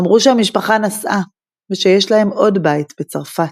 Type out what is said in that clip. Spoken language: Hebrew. אמרו שהמשפחה נסעה ושיש להם עוד בית, בצרפת.